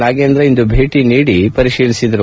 ನಾಗೇಂದ್ರ ಇಂದು ಭೇಟಿ ನೀಡಿ ಪರಿಶೀಲಿಸಿದರು